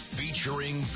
featuring